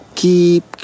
keep